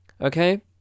okay